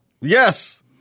Yes